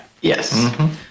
Yes